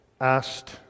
asked